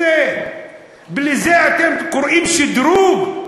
לזה אתם קוראים שדרוג?